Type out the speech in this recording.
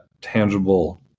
tangible